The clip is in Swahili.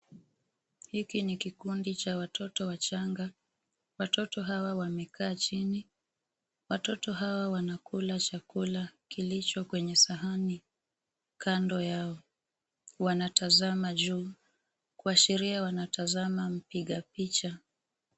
Hiki ni kikundi cha watoto wachanga. Watoto hawa wamekaa chini, watoto hawa wanakula chakula kilicho kwenye sahani kando yao. Wanatazama juu kuashiria wanatazama mpiga picha.